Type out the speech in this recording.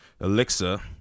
elixir